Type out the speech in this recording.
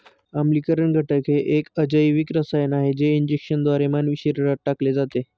आम्लीकरण घटक हे एक अजैविक रसायन आहे जे इंजेक्शनद्वारे मानवी शरीरात टाकले जाते